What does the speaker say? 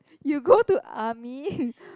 you go to army